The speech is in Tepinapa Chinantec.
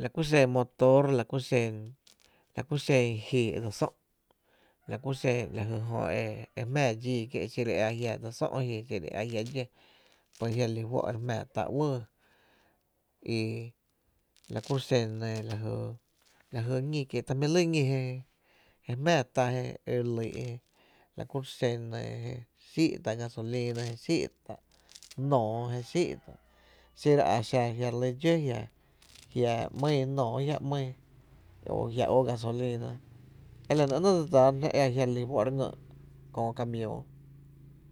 la ku xen motor la ku xen, la ku xen ji e dse sö’ la ku xen la jy ejö e jmⱥⱥ dxíí kie’ xiro ji’a dse sö’ ki xiro e a jia’ dxó pues jia’ re lí juó’ e re jmⱥⱥ tá, y la ku xen ñí kiee’ ta jmí’ lɇ ñí kiee’ je jmⱥⱥ tá jy lyy’ la kuro’ xen e nɇɇ e xí’tá’ gasolina, je xíí’ tá’ nóoó je xíí’ tá’ xiro a xa a re lɇ dxó jia ‘mýi nóoó jiá’ ‘mÿi o jia’ ó gasolina, e la nɇ ‘nɇ’ dse dsaana jná e re lí fó’ re ngy köö kamiüü.